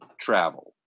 travel